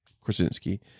Krasinski